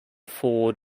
ford